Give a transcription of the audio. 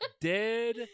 Dead